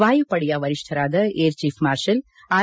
ವಾಯುಪಡೆಯ ವರಿಷ್ಠರಾದ air chief marshal R